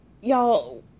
y'all